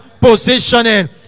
positioning